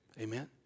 Amen